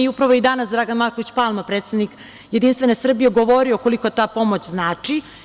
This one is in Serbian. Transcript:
Upravo je i danas Dragan Marković Palma, predsednik Jedinstvene Srbije, govorio koliko ta pomoć znači.